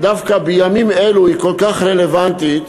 היא כל כך רלוונטית